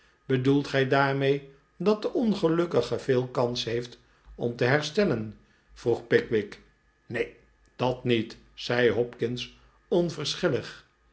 bedoelt gij daarmee dat de ongelukkige veel kans heeft om te herstellen vroeg pickwick neen dat niet zei hopkins